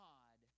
God